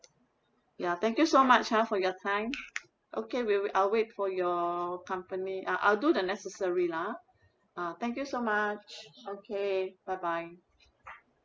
ya thank you so much ah for your time okay we will I'll wait for your company I'll I'll do the necessary lah ah thank you so much okay bye bye